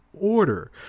order